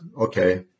okay